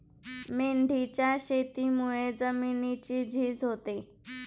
मेंढीच्या शेतीमुळे जमिनीची झीज होते